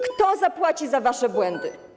Kto zapłaci za wasze błędy?